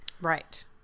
Right